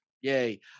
yay